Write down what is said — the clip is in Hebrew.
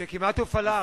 שכמעט הופעלה.